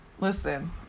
listen